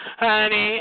honey